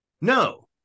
no